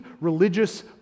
religious